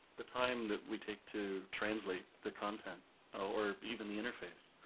the time that we take to translate the content or even the interface.